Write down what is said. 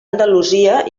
andalusia